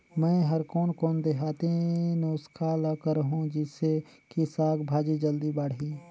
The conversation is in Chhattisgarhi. मै हर कोन कोन देहाती नुस्खा ल करहूं? जिसे कि साक भाजी जल्दी बाड़ही?